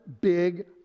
big